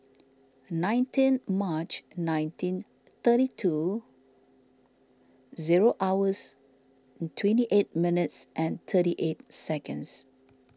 nineteen March nineteen thirty two zero hours twenty eight minutes and thirty eight seconds